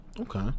Okay